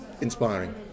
inspiring